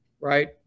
right